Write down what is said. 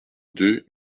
deux